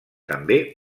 també